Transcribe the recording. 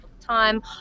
time